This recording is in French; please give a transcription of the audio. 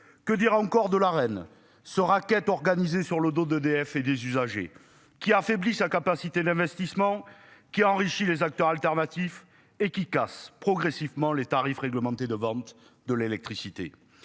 Que dire encore de la reine sera qu'est organisée sur le dos d'EDF et des usagers qui affaiblit sa capacité d'investissement qui a enrichi les acteurs alternatifs et qui Kick-Ass progressivement les tarifs réglementés de vente de l'électricité.